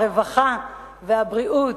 הרווחה והבריאות,